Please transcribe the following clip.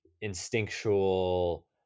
instinctual